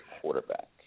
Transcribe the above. quarterback